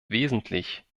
wesentlich